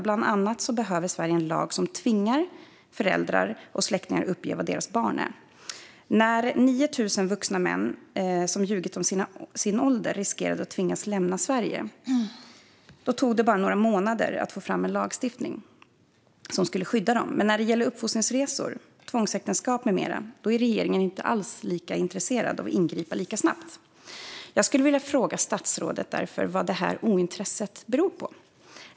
Bland annat behöver Sverige en lag som tvingar föräldrar och släktingar att uppge var familjens barn är. När 9 000 vuxna män som ljugit om sin ålder riskerade att tvingas lämna Sverige tog det bara några månader att få fram en lagstiftning som skulle skydda dem. Men när det gäller uppfostringsresor, tvångsäktenskap med mera är regeringen inte intresserad av att ingripa lika snabbt. Vad beror detta ointresse på?